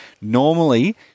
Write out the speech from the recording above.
Normally